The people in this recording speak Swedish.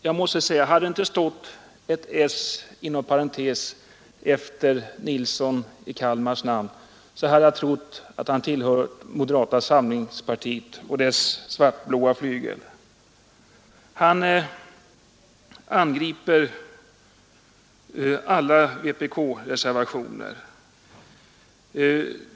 Hade det inte stått efter Nilssons i Kalmar namn hade jag trott att han tillhörde moderata samlingspartiet och dess svartblå flygel. Han angriper alla vpk-reservationerna.